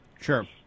Sure